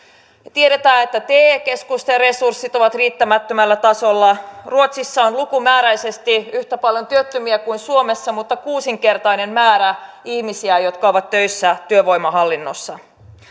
tiedetään että te keskusten resurssit ovat riittämättömällä tasolla ruotsissa on lukumääräisesti yhtä paljon työttömiä kuin suomessa mutta kuusinkertainen määrä ihmisiä jotka ovat töissä työvoimahallinnossa